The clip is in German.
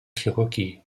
chirurgie